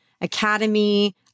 Academy